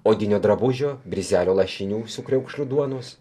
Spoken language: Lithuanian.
odinio drabužio brizelio lašinių su kriaukšliu duonos